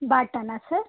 ಬಾಟನಾ sir